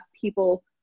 people